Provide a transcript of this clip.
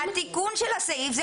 התיקון של הסעיף הוא